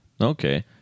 Okay